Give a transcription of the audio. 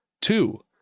Two